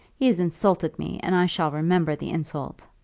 he has insulted me, and i shall remember the insult.